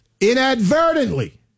inadvertently